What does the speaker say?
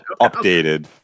updated